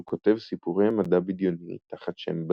כותב סיפורי מדע בדיוני תחת שם בדוי.